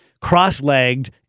cross-legged